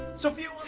sophia